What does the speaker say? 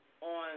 on